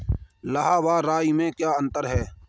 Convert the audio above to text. लाह व राई में क्या अंतर है?